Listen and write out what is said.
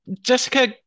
Jessica